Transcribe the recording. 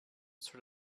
sort